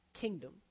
kingdom